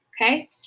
okay